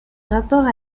rapport